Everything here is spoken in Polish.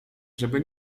żeby